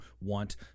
want